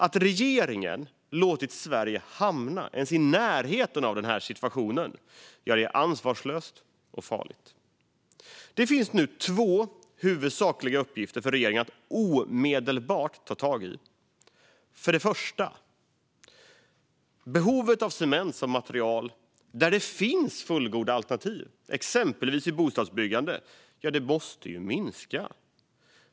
Att regeringen låtit Sverige hamna ens i närheten av denna situation är ansvarslöst och farligt, och det finns nu två huvudsakliga uppgifter för regeringen att omedelbart ta tag i. För det första: Behovet av cement som material där det finns fullgoda alternativ, exempelvis vid bostadsbyggande, måste minska.